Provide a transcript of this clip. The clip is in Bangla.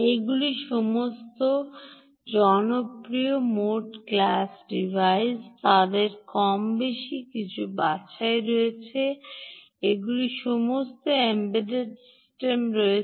এগুলি সমস্ত জনপ্রিয় মোটি ক্লাস ডিভাইস তাদের কম বেশি কিছু বাছাই রয়েছে এগুলি সমস্ত এম্বেডড সিস্টেম রয়েছে